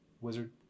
Wizard